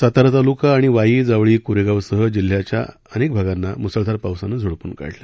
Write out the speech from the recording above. सातारा तालुका आणि वाई जावळी कोरेगावसह जिल्ह्याच्या विविध भागात मुसळधार पावसानं झोडपून काढलं